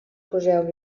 poseu